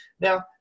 now